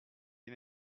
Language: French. est